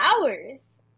hours